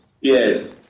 yes